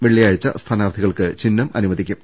വെള്ളിയാഴ്ച സ്ഥാനാർത്ഥികൾക്ക് ചിഹ്നം അനുവദിക്കും